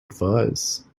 advise